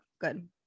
Good